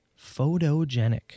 Photogenic